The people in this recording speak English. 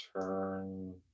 turn